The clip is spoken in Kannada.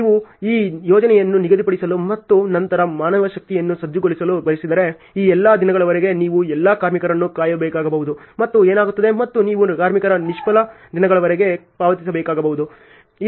ನೀವು ಈ ಯೋಜನೆಯನ್ನು ನಿಗದಿಪಡಿಸಲು ಮತ್ತು ನಂತರ ಮಾನವಶಕ್ತಿಗಾಗಿ ಸಜ್ಜುಗೊಳಿಸಲು ಬಯಸಿದರೆ ಈ ಎಲ್ಲಾ ದಿನಗಳವರೆಗೆ ನೀವು ಎಲ್ಲಾ ಕಾರ್ಮಿಕರನ್ನು ಕರೆಯಬೇಕಾಗಬಹುದು ಮತ್ತು ಏನಾಗುತ್ತದೆ ಮತ್ತು ನೀವು ಕಾರ್ಮಿಕರ ನಿಷ್ಫಲ ದಿನಗಳವರೆಗೆ ಪಾವತಿಸಬೇಕಾಗಬಹುದು